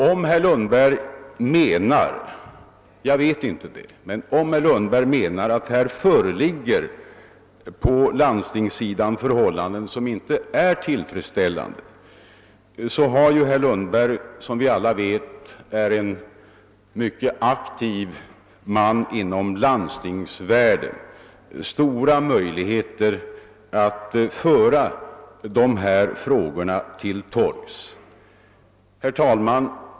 Om herr Lundberg menar — jag vet inte om han gör det — att det på landstingssidan föreligger förhållanden som inte är tillfredsställande så har ju herr Lundberg, vilken som vi alla vet är en mycket aktiv man inom landstingsvärlden, stora möjligheter att föra dessa frågor till torgs. Herr talman!